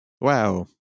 wow